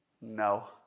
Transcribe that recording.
No